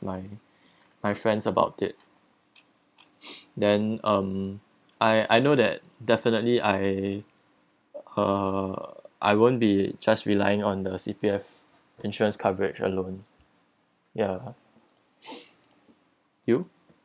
my my friends about it then um I I know that definitely I uh I won't be just relying on the C_P_F insurance coverage alone ya you